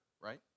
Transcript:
right